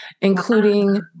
including